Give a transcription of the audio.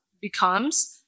becomes